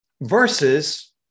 versus